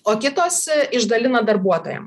o kitos išdalino darbuotojam